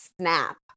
snap